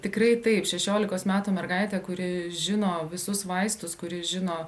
tikrai taip šešiolikos metų mergaitė kuri žino visus vaistus kuri žino